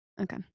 Okay